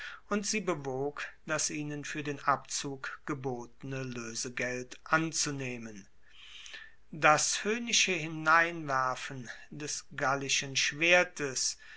und sie bewog das ihnen fuer den abzug gebotene loesegeld anzunehmen das hoehnische hinwerfen des gallischen schwertes